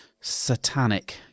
satanic